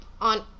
on